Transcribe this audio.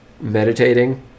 meditating